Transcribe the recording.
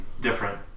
different